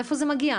מאיפה זה מגיע?